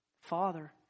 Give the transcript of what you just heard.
Father